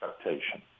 expectation